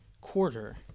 quarter